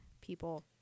people